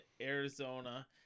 Arizona